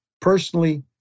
Personally